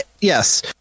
Yes